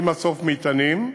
עם מסוף מטענים,